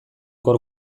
hor